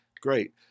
Great